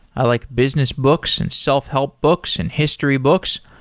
i like business books, and self-help books, and history books,